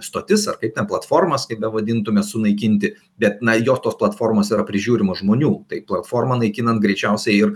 stotis ar kaip ten platformas kaip bevadintume sunaikinti bet na jos tos platformos yra prižiūrimos žmonių tai platformą naikinant greičiausiai ir